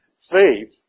faith